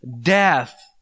death